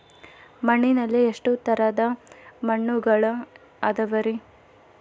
ಮಣ್ಣಿನಲ್ಲಿ ಎಷ್ಟು ತರದ ಮಣ್ಣುಗಳ ಅದವರಿ?